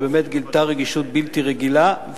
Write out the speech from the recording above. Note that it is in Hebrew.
שבאמת גילתה רגישות בלתי רגילה,